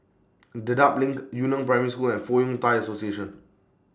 Dedap LINK Yu Neng Primary School and Fong Yun Thai Association